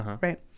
right